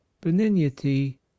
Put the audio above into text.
benignity